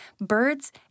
birds